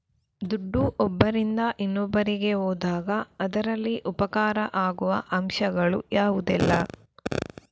ದುಡ್ಡು ಒಬ್ಬರಿಂದ ಇನ್ನೊಬ್ಬರಿಗೆ ಹೋದಾಗ ಅದರಲ್ಲಿ ಉಪಕಾರ ಆಗುವ ಅಂಶಗಳು ಯಾವುದೆಲ್ಲ?